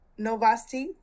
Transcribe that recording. Novosti